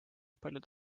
paljude